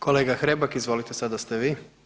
Kolega Hrebak izvolite sada ste vi.